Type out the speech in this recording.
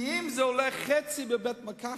כי אם זה עולה חצי בבית-מרקחת,